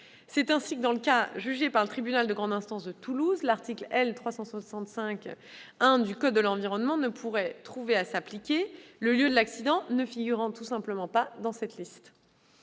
C'est ainsi que, dans le cas jugé par le tribunal de grande instance de Toulouse, l'article L. 365-1 du code de l'environnement ne pouvait trouver à s'appliquer, le lieu de l'accident ne figurant pas sur cette liste.